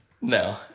No